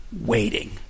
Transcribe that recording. waiting